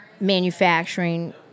manufacturing